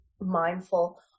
mindful